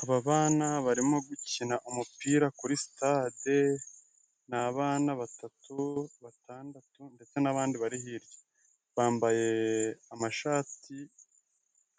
Aba bana barimo gukina umupira kuri stade, ni abana batandatu, ndetse n'abandi bari hirya, bambaye